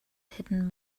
hidden